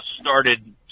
started